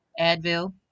advil